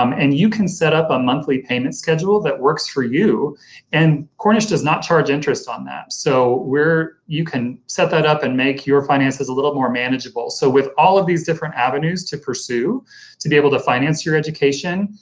um and you can set up a monthly payment schedule that works for you and cornish does not charge interest on that. so, you can set that up, and make your finances a little more manageable. so with all of these different avenues to pursue to be able to finance your education,